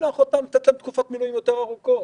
ולתת להם תקופות מילואים יותר ארוכות.